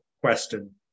question